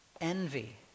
envy